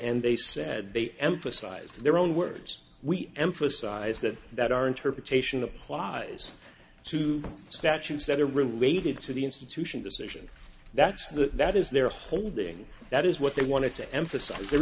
and they said they emphasized in their own words we emphasize that that our interpretation applies to statutes that are related to the institution decision that's the that is their holding that is what they wanted to emphasize there